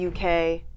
UK